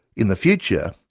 in the future,